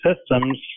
systems